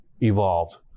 evolved